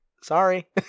Sorry